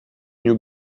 new